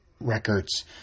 records